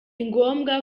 ngombwa